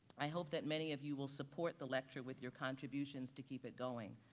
i hope that many of you will support the lecture with your contributions to keep it going.